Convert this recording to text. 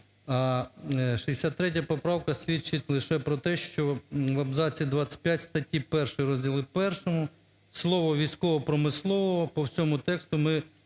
63 поправка свідчить лише про те, що в абзаці 25 статті 1 розділу І слово "військово-промислового" по всьому тексту ми